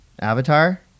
Avatar